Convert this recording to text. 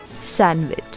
Sandwich